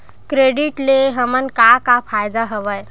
Credit ले हमन का का फ़ायदा हवय?